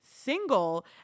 single